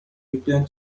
return